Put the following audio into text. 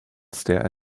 stare